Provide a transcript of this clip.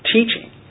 Teaching